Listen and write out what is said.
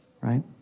right